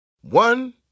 One